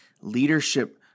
Leadership